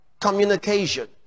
communication